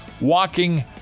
walking